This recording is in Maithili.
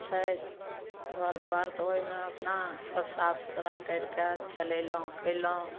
छै घर दुआर तऽ ओहिमे अपना सब साफ सुथरा करिके जलेलहुँ कयलहुँ